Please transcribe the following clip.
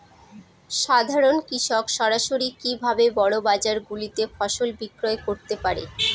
সাধারন কৃষক সরাসরি কি ভাবে বড় বাজার গুলিতে ফসল বিক্রয় করতে পারে?